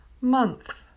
month